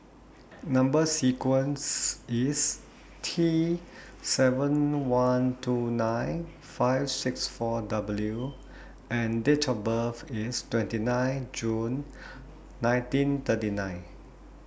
Number sequence IS T seven one two nine five six four W and Date of birth IS twenty nine June nineteen thirty nine